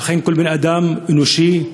שאכן כל בן-אדם אנושי,